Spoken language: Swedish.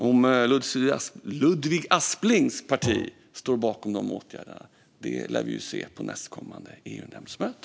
Om Ludvig Asplings parti står bakom åtgärderna lär vi se på nästkommande EU-nämndsmöte.